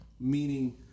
Meaning